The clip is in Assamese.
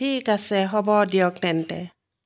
ঠিক আছে হ'ব দিয়ক তেন্তে